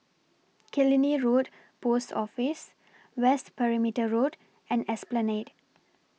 Killiney Road Post Office West Perimeter Road and Esplanade